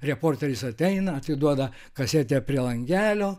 reporteris ateina atiduoda kasetę prie langelio